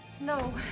No